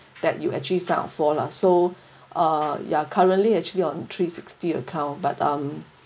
that you actually sought for lah so uh ya currently actually on three sixty account but um